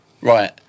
Right